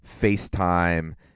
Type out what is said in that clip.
FaceTime